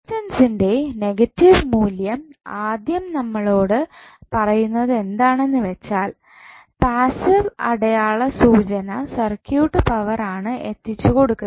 resistance നിൻറെ negative മൂല്യം ആദ്യം നമ്മളോട് പറയുന്നത് എന്താണെന്ന് വെച്ചാൽ പാസ്സീവ് അടയാള സൂചന സർക്യൂട്ട് പവർ ആണ് എത്തിച്ചുകൊടുക്കുന്നത്